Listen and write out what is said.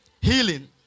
healing